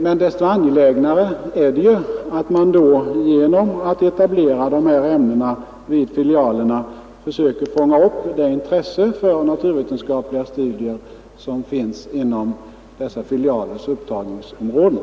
Men desto angelägnare är det ju då att man etablerar dessa ämnen vid filialerna och försöker fånga upp det intresse för naturvetenskapliga studier som finns inom dessa filialers upptagningsområden.